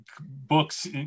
books